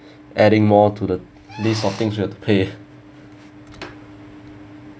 adding more the list of thing you have to pay